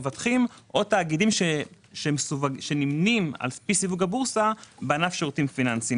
מבטחים או תאגידים שנמנים על פי סיווג הבורסה בענף שירותים פיננסיים.